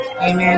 Amen